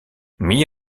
mis